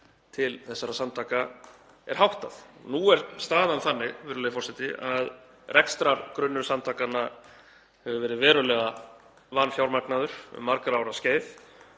til þessara samtaka er háttað. Nú er staðan þannig, virðulegi forseti, að rekstrargrunnur samtakanna hefur verið verulega vanfjármagnaður um margra ára skeið.